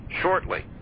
shortly